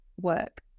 work